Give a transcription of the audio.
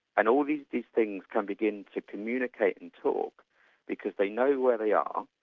and all these these things can begin to communicate and talk because they know where they are,